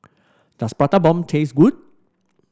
does Prata Bomb taste good